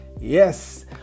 Yes